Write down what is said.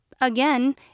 again